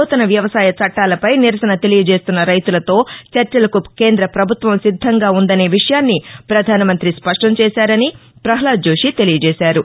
నూతన వ్యవసాయ చట్టాలపై నిరసన తెలియజేస్తున్న రైతులతో చర్చలకు కేంద్రాపభుత్వం సిద్దంగా ఉందనే విషయాన్ని ప్రధానమంత్రి స్పష్టం చేశారని పహ్లాద్ జోషి తెలియజేశారు